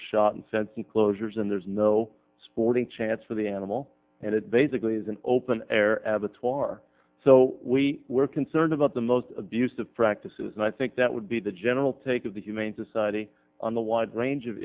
are shot in fence enclosures and there's no sporting chance for the animal and it basically is an open air avatar so we were concerned about the most abusive practices and i think that would be the general take of the humane society on a wide range of